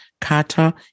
Carter